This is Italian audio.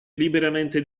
liberamente